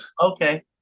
Okay